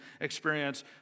experience